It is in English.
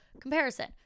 Comparison